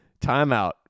Timeout